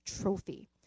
trophy